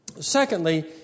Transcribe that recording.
Secondly